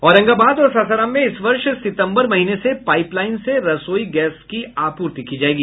औरंगाबाद और सासाराम में इस वर्ष सितम्बर महीने से पाईप लाईन से रसोई गैस की आपूर्ति की जायेगी